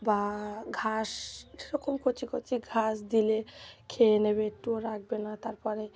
বা ঘাস সেরকম কচি কচি ঘাস দিলে খেয়ে নেবে একটুও রাখবে না তার পরে